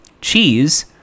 cheese